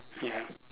ya